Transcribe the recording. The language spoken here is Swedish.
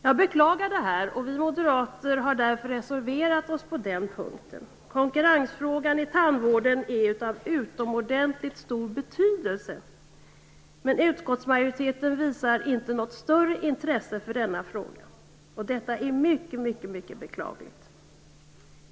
Jag beklagar detta, och vi moderater har därför reserverat oss på den punkten. Frågan om konkurrens i tandvården är av utomordentligt stor betydelse. Men utskottsmajoriteten visar inte något större intresse för denna fråga. Detta är mycket beklagligt.